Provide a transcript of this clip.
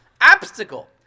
obstacle